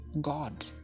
God